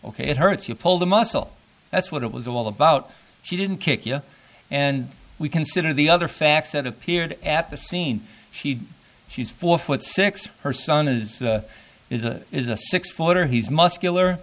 ok it hurts you pulled a muscle that's what it was all about she didn't kick you and we consider the other facts that appeared at the scene she she's four foot six her son is is a is a six footer he's muscular